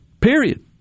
period